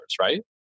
right